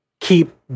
keep